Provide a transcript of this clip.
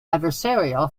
adversarial